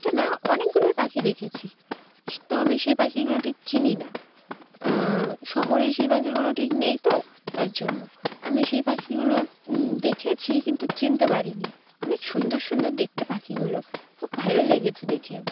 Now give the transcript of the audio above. একটা না অনেকগুলোই পাখি দেখেছি তো আমি সেই পাখিগুলো ঠিক চিনি না শহরে সেই পাখিগুলো ঠিক নেই তো তার জন্য আমি সেই পাখিগুলো দেখেছি কিন্তু চিনতে পারিনি অনেক সুন্দর সুন্দর দেখতে পাখিগুলো খুব ভালো লেগেছে দেখে